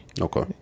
Okay